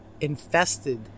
infested